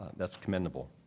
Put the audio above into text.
that's commendable.